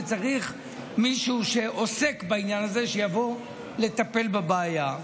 וצריך מישהו שעוסק בעניין הזה שיבוא לטפל בבעיה.